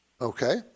okay